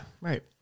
Right